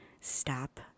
stop